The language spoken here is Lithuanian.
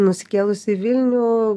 nusikėlus į vilnių